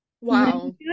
wow